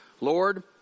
Lord